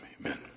amen